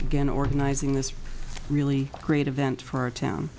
again organizing this really great event for our town